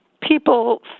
people